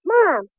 Mom